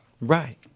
Right